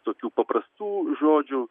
tokių paprastų žodžių